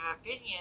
opinion